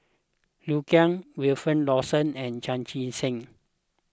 Liu Kang Wilfed Lawson and Chan Chee Seng